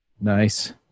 Nice